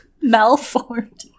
Malformed